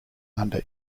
under